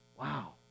Wow